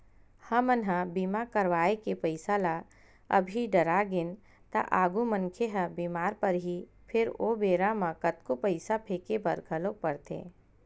हमन ह बीमा करवाय के पईसा ल अभी डरागेन त आगु मनखे ह बीमार परही फेर ओ बेरा म कतको पईसा फेके बर घलोक परथे